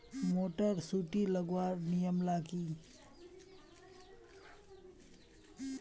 Motor सुटी लगवार नियम ला की?